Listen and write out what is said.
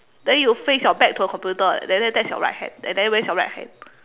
then you face your back to the computer and then that's your right hand and then raise your right hand